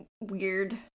weird